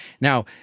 now